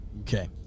Okay